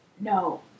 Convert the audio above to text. no